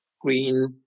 green